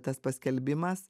tas paskelbimas